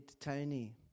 Tony